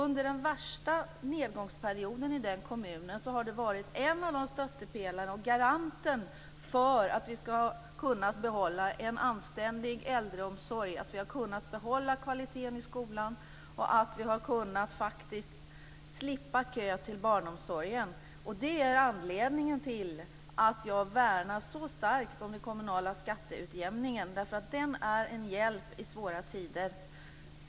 Under den värsta nedgångsperioden i kommunen har det varit en stöttepelare och en garant för att vi har kunnat behålla en anständig äldreomsorg, kvaliteten i skolan och slippa kö till barnomsorgen. Det är anledningen till att jag värnar så starkt om den kommunala skatteutjämningen. Den är en hjälp i svåra tider.